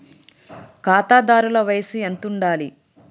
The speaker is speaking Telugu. ఖాతాదారుల వయసు ఎంతుండాలి?